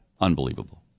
Unbelievable